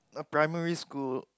a primary school